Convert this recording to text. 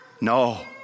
no